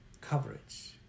coverage